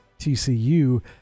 TCU